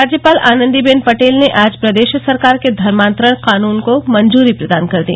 राज्यपाल आनंदीबेन पटेल ने आज प्रदेश सरकार के धर्मातरण कानून को मंजूरी प्रदान कर दी